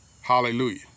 Hallelujah